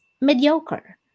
mediocre